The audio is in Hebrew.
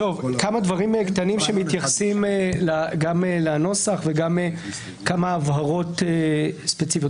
כמה דברים קטנים שמתייחסים גם לנוסח וגם כמה הבהרות ספציפיות.